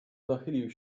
nachylił